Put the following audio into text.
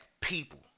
people